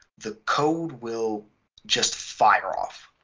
the code will just fire off,